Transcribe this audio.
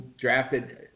drafted